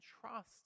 trust